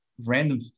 random